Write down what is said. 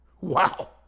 Wow